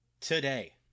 Today